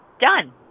done